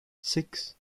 six